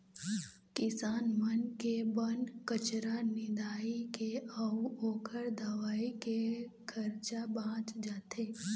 किसान मन के बन कचरा निंदाए के अउ ओखर दवई के खरचा बाच जाथे